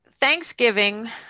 Thanksgiving